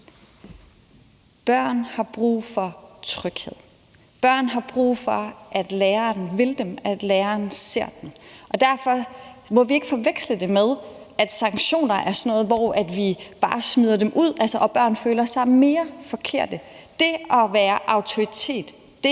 Børn har brug for tryghed. Børn har brug for, at læreren vil dem, og at læreren ser dem. Derfor må vi ikke forveksle det med, at sanktioner er sådan nogetmed, at vi bare smider dem ud, så børn føler sig mere forkerte. Det at være en autoritet og